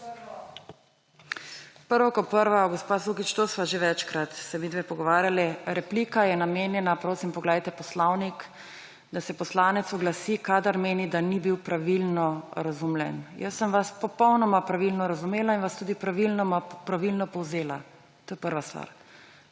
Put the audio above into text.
Prvo kot prvo, gospa Sukič, o tem sva že večkrat midve pogovarjali, replika je namenjena ‒ prosim, poglejte poslovnik –, da se poslanec oglasi, kadar meni, da ni bil pravilno razumljen. Jaz sem vas popolnoma pravilno razumela in vas tudi pravilno povzela. To je prva stvar.